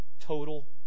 total